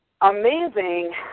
amazing